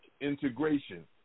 Integration